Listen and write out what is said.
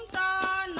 da